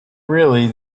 really